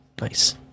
Nice